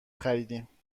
خریدیم